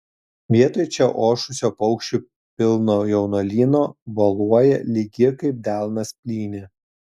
vietoj čia ošusio paukščių pilno jaunuolyno boluoja lygi kaip delnas plynė